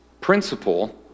principle